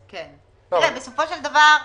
בסופו של דבר,